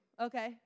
okay